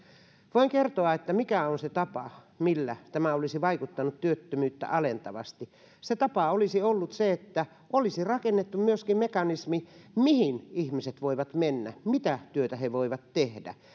voin kertoa mikä on se tapa millä tämä olisi vaikuttanut työttömyyttä alentavasti se tapa olisi ollut se että olisi rakennettu myöskin mekanismi sille mihin ihmiset voivat mennä mitä työtä he voivat tehdä